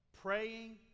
Praying